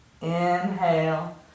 inhale